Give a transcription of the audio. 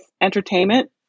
entertainment